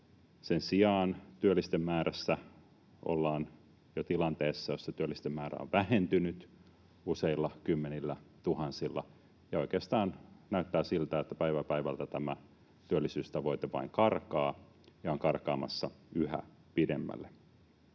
Sen sijaan työllisten määrässä ollaan jo tilanteessa, jossa työllisten määrä on vähentynyt useilla kymmenillä tuhansilla, ja oikeastaan näyttää siltä, että päivä päivältä tämä työllisyystavoite vain karkaa ja on karkaamassa yhä pidemmälle.